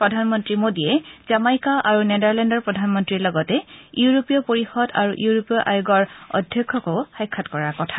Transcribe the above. প্ৰধানমন্ত্ৰী মোদীয়ে জামাইকা আৰু নেডাৰলেণ্ডৰ প্ৰধানমন্ত্ৰীৰ লগতে ইউৰোপীয় পৰিষদ আৰু ইউৰোপীয় আয়োগৰ অধ্যক্ষকো সাক্ষাৎ কৰাৰ কথা